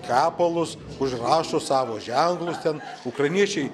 kepalus užrašo savo ženklus ten ukrainiečiai